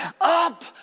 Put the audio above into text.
up